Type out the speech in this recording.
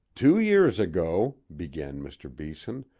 two years ago, began mr. beeson,